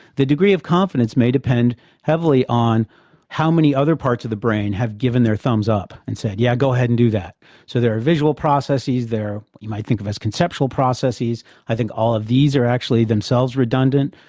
the degree of confidence may depend heavily on how many other parts of the brain have given their thumbs up and said, yeah, go ahead and do that so there are visual processes, there are what you might think of as conceptual processes, i think all of these are actually themselves redundant.